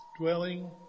dwelling